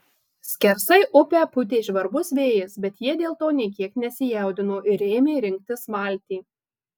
skersai upę pūtė žvarbus vėjas bet jie dėl to nė kiek nesijaudino ir ėmė rinktis valtį